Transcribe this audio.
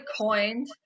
coined